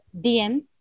DMs